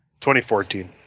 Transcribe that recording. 2014